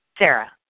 Sarah